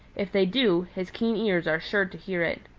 if they do, his keen ears are sure to hear it.